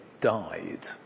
died